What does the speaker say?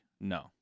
no